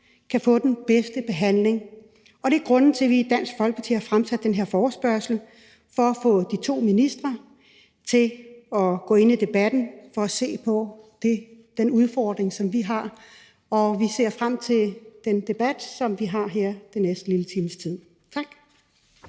kan få den bedste behandling, og grunden til, at vi i Dansk Folkeparti har rejst den her forespørgsel, er at få de to ministre til at gå ind i debatten for at se på den udfordring, som vi har. Og vi ser frem til den debat, som vi får her den næste lille times tid. Tak.